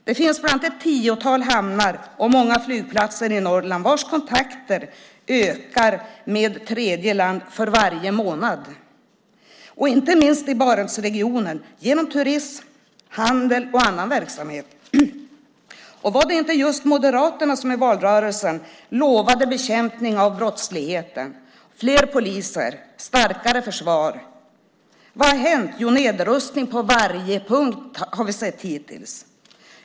Det finns ett tiotal hamnar och många flygplatser i Norrland vilkas kontakter med tredjeland ökar för varje månad, inte minst i Barentsregionen, genom turism, handel och annan verksamhet. Var det inte just Moderaterna som i valrörelsen lovade bekämpning av brottsligheten, fler poliser och starkare försvar. Vad har hänt? Jo, hittills har vi sett nedrustning på varje punkt.